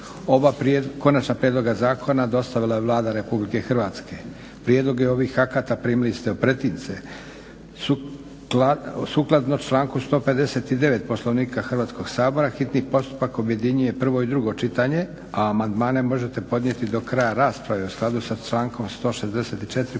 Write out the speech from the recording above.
Oba konačna prijedloga zakona dostavila je Vlada RH. Prijedloge ovih akata primili ste u pretince. Sukladno članku 159. Poslovnika Hrvatskog sabora hitni postupak objedinjuje prvo i drugo čitanje, a amandmane možete podnijeti do kraja rasprave u skladu sa člankom 164. Poslovnika